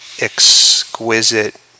exquisite